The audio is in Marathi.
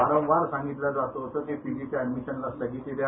वारंवार सांगितलं जात होतं की पीजीच्या अॅडमिशनला स्थगिती द्या